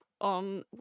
on